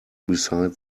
beside